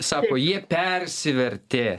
sako jie persivertė